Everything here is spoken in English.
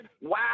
Wow